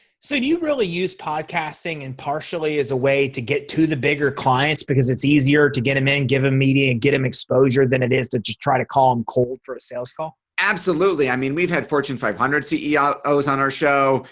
so do you really use podcasting and partially as a way to get to the bigger clients because it's easier to get him in and give a media and get him exposure than it is to just try to call him cold for a sales call. absolutely. i mean we've had fortune five hundred ceo's on our show.